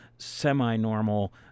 semi-normal